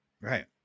right